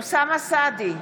אוסאמה סעדי,